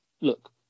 look